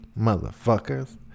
motherfuckers